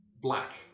black